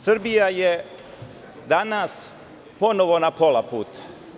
Srbija je danas ponovo na pola puta.